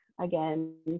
again